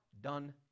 done